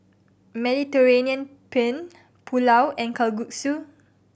Mediterranean Penne Pulao and Kalguksu